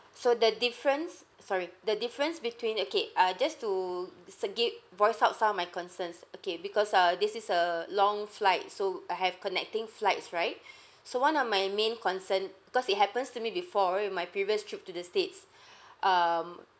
so the difference sorry the difference between okay uh just to it's a gi~ voice out some my concerns okay because uh this is a long flight so I have connecting flights right so one of my main concern because it happens to me before with my previous trip to the states um